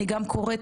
אני גם קוראת,